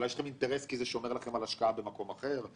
אולי יש לכם אינטרס כי זה שומר לכם על השקעה במקום אחר.